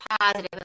positive